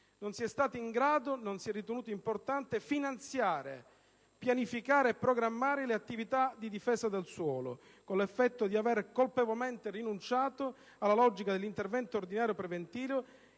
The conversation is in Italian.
Non si è stati in grado, né si è ritenuto importante finanziare, pianificare e programmare le attività di difesa del suolo, con l'effetto di aver colpevolmente rinunciato alla logica dell'intervento ordinario preventivo